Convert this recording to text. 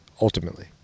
Ultimately